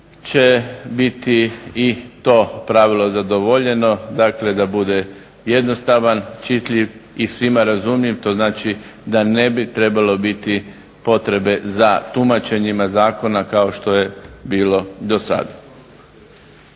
će biti i to pravilo zadovoljeno dakle da bude jednostavan, čitljiv i svima razumljiv. To znači da ne bi trebalo biti potrebe za tumačenjima zakona kao što je bilo do sada.